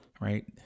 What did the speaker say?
right